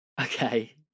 Okay